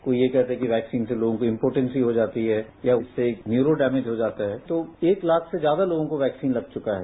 कोई ये कहता है कि वैक्सीन से लोगों की इम्पोटेंसी हो जाती है या उससे न्यूरो डैमेज हो जाता है तो एक लाख से ज्यादा लोगों को वैक्सीन लग चुका है